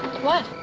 what?